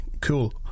cool